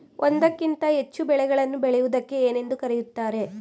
ಒಂದಕ್ಕಿಂತ ಹೆಚ್ಚು ಬೆಳೆಗಳನ್ನು ಬೆಳೆಯುವುದಕ್ಕೆ ಏನೆಂದು ಕರೆಯುತ್ತಾರೆ?